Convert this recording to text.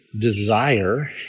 desire